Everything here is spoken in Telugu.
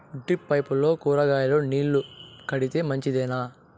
డ్రిప్ పైపుల్లో కూరగాయలు నీళ్లు కడితే మంచిదేనా?